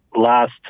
last